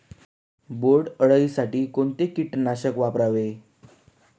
बोंडअळी साठी कोणते किटकनाशक वापरावे?